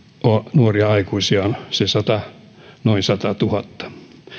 nuoria aikuisia on se noin satatuhatta